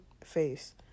face